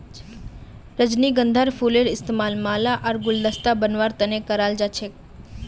रजनीगंधार फूलेर इस्तमाल माला आर गुलदस्ता बनव्वार तने कराल जा छेक